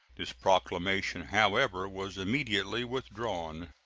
this proclamation, however, was immediately withdrawn.